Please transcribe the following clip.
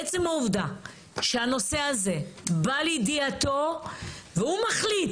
עצם העובדה שהנושא הזה בא לידיעתו והוא מחליט,